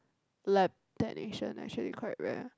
lab technician actually quite rare